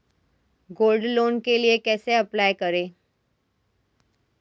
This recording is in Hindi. गोल्ड लोंन के लिए कैसे अप्लाई करें?